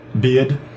Beard